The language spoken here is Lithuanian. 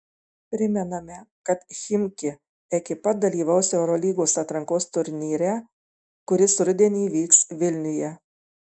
primename kad chimki ekipa dalyvaus eurolygos atrankos turnyre kuris rudenį vyks vilniuje